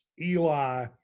Eli